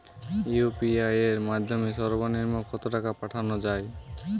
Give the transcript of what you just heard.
UPI এর মাধ্যমে সর্ব নিম্ন কত টাকা পাঠানো য়ায়?